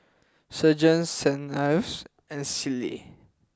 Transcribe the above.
Sergent Saint Ives and Sealy